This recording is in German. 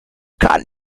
kann